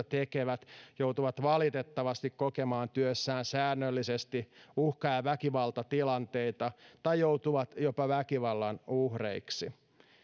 tekevät joutuvat valitettavasti kokemaan työssään säännöllisesti uhkaa ja väkivaltatilanteita tai jopa joutuvat väkivallan uhreiksi